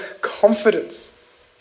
confidence